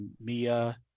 Mia